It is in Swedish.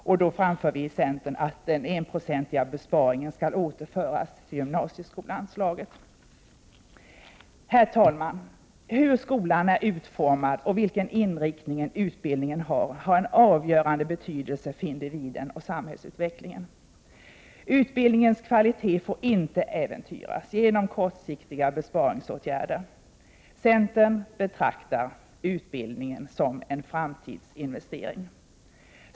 Vi föreslår att besparingen på 1 96 skall återföras till gymnasieskoleanslaget. Herr talman! Det är av avgörande betydelse för individen och för Prot. 1988/89:104 samhällsutvecklingen hur skolan är utformad och vilken inriktning utbild 26 april 1989 ningen har. Utbildningens kvalitet får inte äventyras genom kortsiktiga besparingsåtgärder. Centern betraktar utbildningen som en framtidsinvestering.